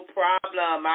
problem